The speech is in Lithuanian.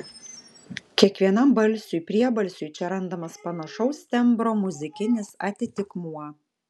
kiekvienam balsiui priebalsiui čia randamas panašaus tembro muzikinis atitikmuo